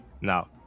now